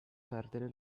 perdere